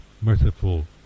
merciful